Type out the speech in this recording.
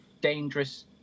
dangerous